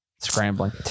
scrambling